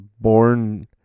born